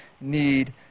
need